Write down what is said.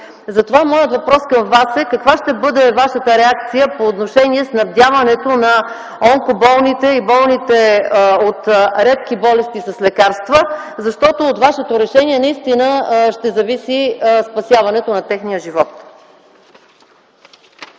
Затова моят въпрос към Вас е: каква ще бъде Вашата реакция по отношение снабдяването на онкоболните и болните от редки болести с лекарства, защото от Вашето решение ще зависи спасяването на техния живот?